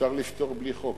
אפשר לפתור בלי חוק.